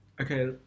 Okay